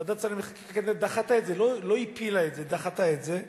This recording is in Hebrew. ועדת שרים לחקיקה דחתה את זה.